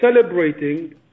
celebrating